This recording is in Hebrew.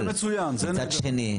אבל מצד שני,